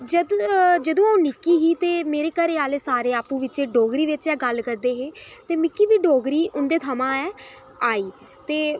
ते जदूं अ'ऊं निक्की ही ते मेरे घरैआह्ले सारे आपूं च डोगरी बिच गै गल्ल करदे हे ते मिकी बी डोगरी उं'दे थमां ऐ आई